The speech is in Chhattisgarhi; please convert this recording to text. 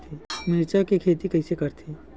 मिरचा के खेती कइसे करथे?